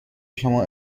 شما